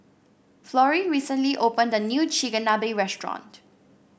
Florie recently opened a new Chigenabe restaurant